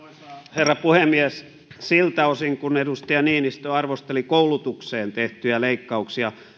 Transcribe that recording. herra puhemies siltä osin kuin edustaja niinistö arvosteli koulutukseen tehtyjä leikkauksia